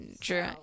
True